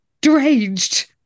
deranged